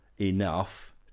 enough